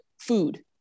food